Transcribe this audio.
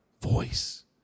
voice